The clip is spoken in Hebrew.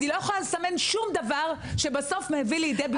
אני לא יכולה לסמן שום דבר שבסוף בא לידי ביטוי.